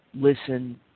listen